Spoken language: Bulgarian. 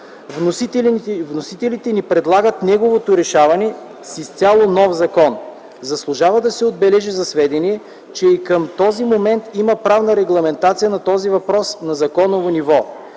Вносителите ни предлагат неговото решаване с изцяло нов закон. Заслужава да се отбележи за сведение, че и към този момент има правна регламентация по този въпрос на законово ниво.